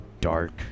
dark